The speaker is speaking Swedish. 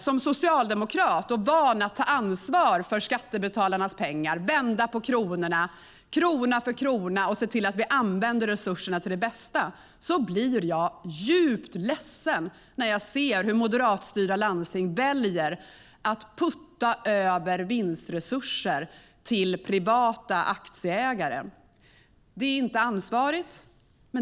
Som socialdemokrat, van vid att ta ansvar för skattebetalarnas pengar, vända på kronorna och se till att vi använder resurserna till det bästa, blir jag djupt ledsen när jag ser att moderatstyrda landsting väljer att putta över vinstresurser till privata aktieägare. Det är inte ansvarsfullt.